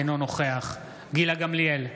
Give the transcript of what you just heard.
אינו נוכח גילה גמליאל,